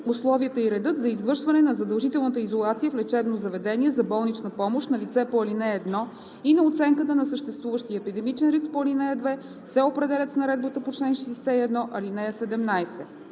Условията и редът за извършване на задължителната изолация в лечебно заведение за болнична помощ на лице по ал. 1 и на оценката на съществуващия епидемичен риск по ал. 2 се определят с наредбата по чл. 61, ал. 17.“